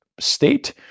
state